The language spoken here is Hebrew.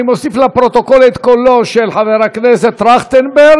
אני מוסיף לפרוטוקול את קולו של חבר הכנסת טרכטנברג,